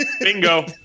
Bingo